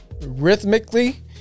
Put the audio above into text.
rhythmically